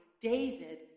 David